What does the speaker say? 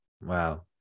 Wow